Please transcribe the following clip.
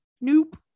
nope